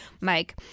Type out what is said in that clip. Mike